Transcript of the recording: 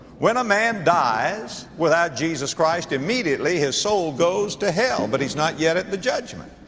when a man dies without jesus christ, immediately his soul goes to hell but he's not yet at the judgment.